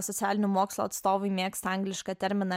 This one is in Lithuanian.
socialinių mokslų atstovai mėgsta anglišką terminą